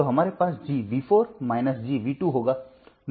तो हमारे पास G G होगा